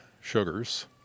sugars